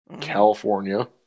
California